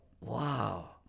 wow